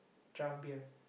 draft beer